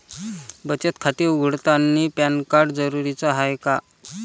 बचत खाते उघडतानी पॅन कार्ड जरुरीच हाय का?